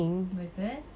betul